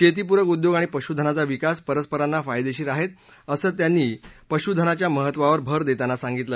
शेतीपूरक उद्योग आणि पशुधनाचा विकास परस्परांना फायदेशीर आहेत असं त्यांनी पशुधनाच्या महत्वावर भर देताना सांगितलं